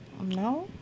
No